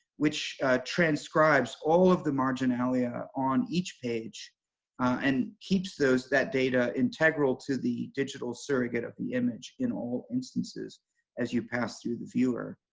which transcribes all of the marginalia on each page and keeps that data integral to the digital surrogate of the image in all instances as you pass through the viewer.